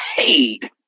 paid